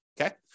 Okay